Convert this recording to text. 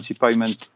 payment